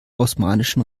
osmanischen